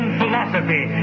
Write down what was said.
philosophy